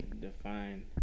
define